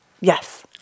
Yes